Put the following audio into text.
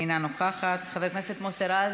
אינה נוכחת, חבר הכנסת מוסי רז,